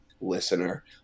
listener